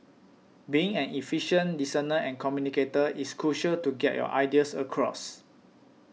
being an effective listener and communicator is crucial to get your ideas across